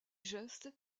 geste